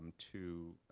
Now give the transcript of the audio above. to